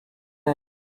day